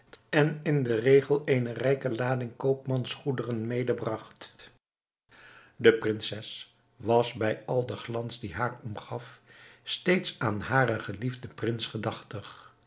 en in den regel eene rijke lading koopmansgoederen medebragt de prinses was bij al den glans die haar omgaf steeds aan haren geliefden prins gedachtig